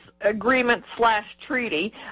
agreement-slash-treaty